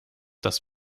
das